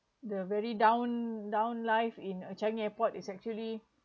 the very down down live in changi airport is actually